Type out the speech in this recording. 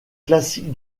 classique